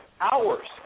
hours